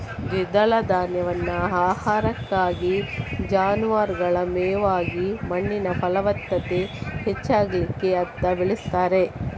ದ್ವಿದಳ ಧಾನ್ಯವನ್ನ ಆಹಾರಕ್ಕಾಗಿ, ಜಾನುವಾರುಗಳ ಮೇವಾಗಿ ಮಣ್ಣಿನ ಫಲವತ್ತತೆ ಹೆಚ್ಚಿಸ್ಲಿಕ್ಕೆ ಅಂತ ಬೆಳೀತಾರೆ